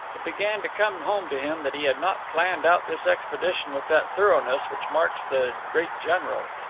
it began to come home to him that he had not planned out this expedition with that thoroughness which marks the great general.